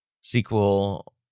sequel